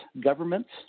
Governments